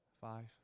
Five